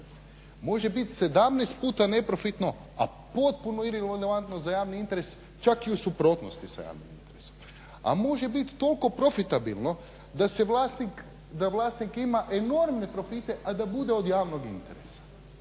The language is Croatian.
Može biti 17 puta neprofitno a potpuno irelevantno za javni interes čak i u suprotnosti sa javnim interesom. A može biti toliko profitabilno da vlasnik ima enormne profite a da bude od javnog interesa.